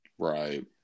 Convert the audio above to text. Right